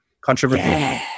controversial